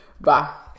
Bye